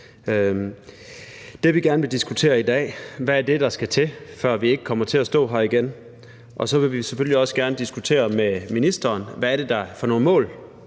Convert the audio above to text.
Det, vi gerne vil diskutere i dag, er: Hvad er det, der skal til, for at vi ikke kommer til at stå her igen? Og så vil vi selvfølgelig også gerne diskutere med ministeren, hvad det er for nogle mål,